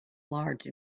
large